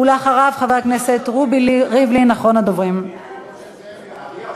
חבר הכנסת מנחם אליעזר מוזס,